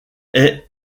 est